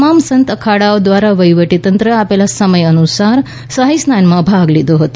તમામ સંત અખાડાઓ દ્વારા વહીવટી તંત્રે આપેલા સમય અનુસાર શાહી સ્નાનમાં ભાગ લીધો હતો